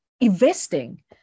investing